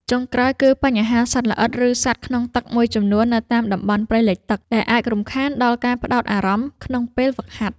ចុងក្រោយ គឺបញ្ហាសត្វល្អិត ឬសត្វក្នុងទឹកមួយចំនួននៅតាមតំបន់ព្រៃលិចទឹក ដែលអាចរំខានដល់ការផ្ដោតអារម្មណ៍ក្នុងពេលហ្វឹកហាត់។